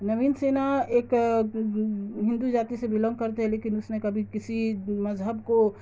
نوین سنہا ایک ہندو جاتی سے بلونگ کرتے لیکن اس نے کبھی کسی مذہب کو